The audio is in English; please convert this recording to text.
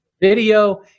video